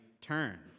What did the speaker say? turn